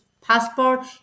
passport